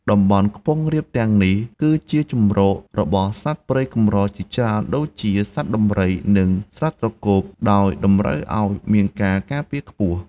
តំបន់ខ្ពង់រាបទាំងនេះគឺជាជម្រករបស់សត្វព្រៃកម្រជាច្រើន ដូចជា សត្វដំរី និងសត្វត្រគម ដោយតម្រូវឲ្យមានការការពារខ្ពស់។